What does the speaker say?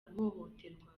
guhohoterwa